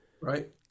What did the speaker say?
Right